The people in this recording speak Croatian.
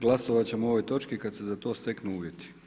Glasovati ćemo o ovoj točki kada se za to steknu uvjeti.